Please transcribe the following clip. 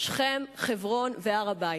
שכם, חברון והר-הבית.